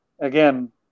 again